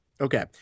Okay